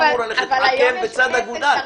עקב בצד אגודל.